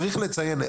צריך לציין.